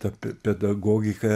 tą pedagogika